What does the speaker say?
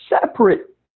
separate